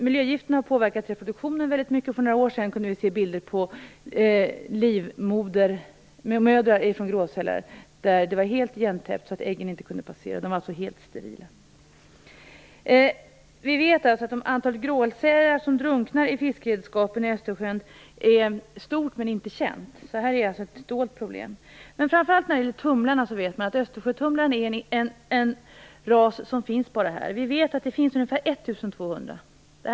Miljögifterna har påverkat reproduktionen - för några år sedan kunde vi se bilder på gråsälslivmödrar som var helt igentäppta, så att äggen inte kunde passera. De var alltså helt sterila. Vi vet alltså att antalet gråsälar som drunknar i fiskeredskapen i Östersjön är stort men inte känt. Det här är alltså ett dolt problem. När det gäller Östersjötumlarna vet vi att det handlar om en ras som bara finns här. Vi vet att det finns ungefär 1 200 djur.